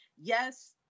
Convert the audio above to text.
yes